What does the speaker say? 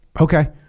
okay